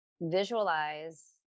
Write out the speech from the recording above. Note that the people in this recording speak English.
visualize